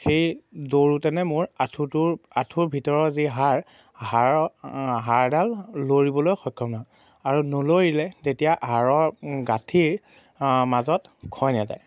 সেই দৌৰোঁতে মোৰ আঁঠুটোৰ আঁঠুৰ ভিতৰৰ যি হাড় হাড় হাড়ডাল লৰিবলৈ সক্ষম নহয় আৰু নলৰিলে তেতিয়া হাড়ৰ গাঁঠিৰ মাজত ক্ষয় নেযায়